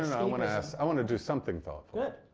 i want to ask. i want to do something thoughtful. good.